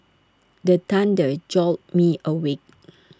the thunder jolt me awake